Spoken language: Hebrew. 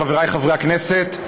חבריי חברי הכנסת,